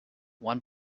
one